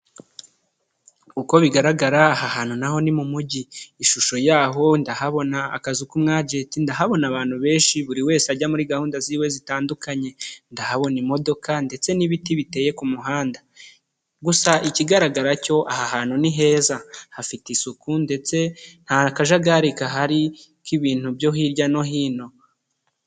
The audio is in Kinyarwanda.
Uko bigaragara, aha hantu naho ni mu mujyi. Ishusho yaho ndahabona akazu k'umwajenti, ndahabona abantu benshi, buri wese ajya muri gahunda z'iwe zitandukanye. Ndahabona imodoka ndetse n'ibiti biteye ku muhanda. Gusa ikigaragara cyo aha hantu ni heza, hafite isuku ndetse nta kajagari gahari k'ibintu byo hirya no hino.